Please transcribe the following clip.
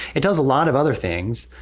it does a lot of other things.